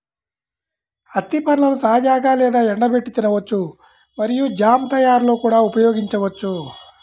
అత్తి పండ్లను తాజాగా లేదా ఎండబెట్టి తినవచ్చు మరియు జామ్ తయారీలో కూడా ఉపయోగించవచ్చు